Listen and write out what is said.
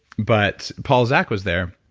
but paul zak was there.